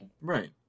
right